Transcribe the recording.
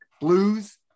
Blues